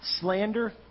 Slander